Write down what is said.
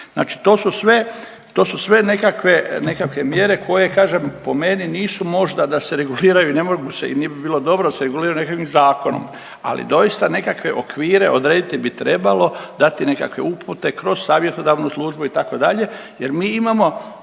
Znači to su sve nekakve mjere koje kažem po meni nisu možda da se reguliraju i ne mogu se i ne bi bilo dobro da se reguliraju nekakvim zakonom. Ali doista nekakve okvire odrediti bi trebalo, dati nekakve upute kroz savjetodavnu službu itd. jer mi imamo